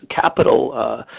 capital